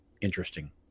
interesting